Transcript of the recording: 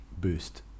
boost